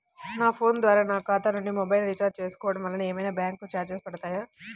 నా ఫోన్ ద్వారా నా ఖాతా నుండి మొబైల్ రీఛార్జ్ చేసుకోవటం వలన ఏమైనా బ్యాంకు చార్జెస్ పడతాయా?